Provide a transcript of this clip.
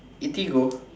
Eatigo